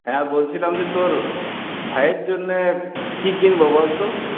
হ্যাঁ বলছিলাম যে তোর ভাইয়ের জন্যে কী কিনব বল তো